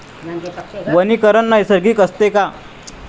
वनीकरण नैसर्गिक असते का?